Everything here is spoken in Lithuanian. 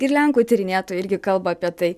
ir lenkų tyrinėtojai irgi kalba apie tai